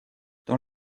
dans